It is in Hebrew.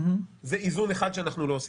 זה איזון אחד שאנחנו לא עושים.